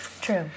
true